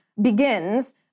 begins